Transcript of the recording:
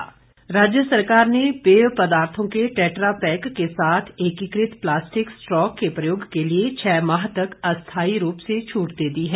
tetra Pak राज्य सरकार ने पेय पदार्थो के टैट्रा पैक के साथ एकीकृत प्लास्टिक स्ट्रा के प्रयोग के लिए छः माह तक अस्थाई रूप से छूट दे दी है